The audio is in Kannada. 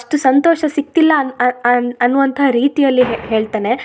ಅಷ್ಟು ಸಂತೋಷ ಸಿಕ್ತಿಲ್ಲ ಅನ್ನುವಂಥ ರೀತಿಯಲ್ಲಿ ಹೇಳ್ತಾನೆ